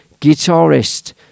guitarist